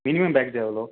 minimum package எவ்வளோ